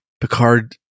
Picard